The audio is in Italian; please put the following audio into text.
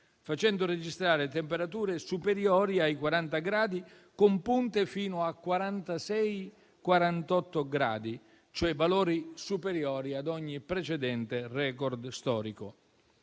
facendo registrare temperature superiori ai 40 gradi, con punte fino a 46-48 gradi, cioè valori superiori ad ogni precedente *record* storico.